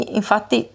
infatti